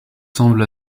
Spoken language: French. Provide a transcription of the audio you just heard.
semble